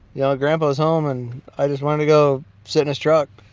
yeah ah grandpa was home, and i just wanted to go sit in his truck.